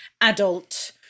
adult